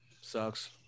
Sucks